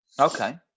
Okay